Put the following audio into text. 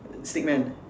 a stick man